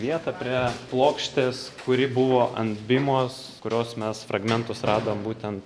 vietą prie plokštės kuri buvo ant bimos kurios mes fragmentus radom būtent